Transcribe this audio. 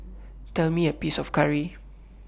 Tell Me The Price of Curry